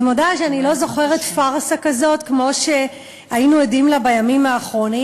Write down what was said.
אני מודה שאני לא זוכרת פארסה כמו זאת שהיינו עדים לה בימים האחרונים.